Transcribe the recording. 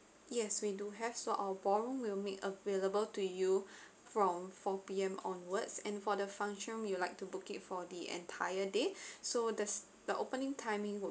yes we do have so our ballroom will make available to you from four P_M onwards and for the function room you like to book it for the entire day so there's the opening timing would